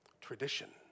Tradition